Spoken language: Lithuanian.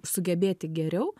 sugebėti geriau